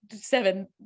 seven